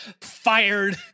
Fired